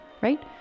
right